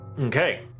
Okay